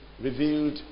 revealed